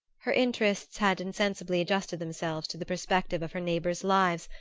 her interests had insensibly adjusted themselves to the perspective of her neighbors' lives,